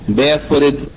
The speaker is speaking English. barefooted